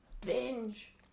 binge